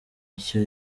nshya